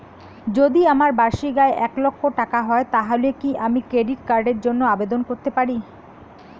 যদি আমার বার্ষিক আয় এক লক্ষ টাকা হয় তাহলে কি আমি ক্রেডিট কার্ডের জন্য আবেদন করতে পারি?